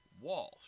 Walsh